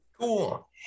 Cool